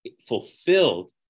fulfilled